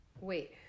wait